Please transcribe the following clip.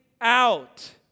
out